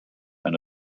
and